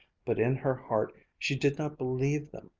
but in her heart she did not believe them.